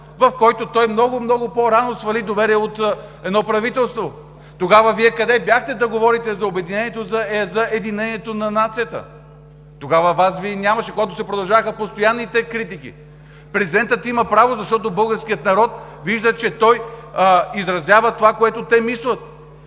в който той много, много по-рано свали доверие от едно правителство. Тогава Вие къде бяхте да говорите за обединението, за единението на нацията? Тогава Вас Ви нямаше, когато продължаваха постоянните критики. Президентът има право, защото българският народ вижда, че той изразява това, което те мислят.